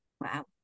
Wow